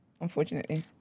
Unfortunately